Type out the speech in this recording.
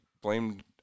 blamed